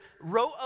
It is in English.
wrote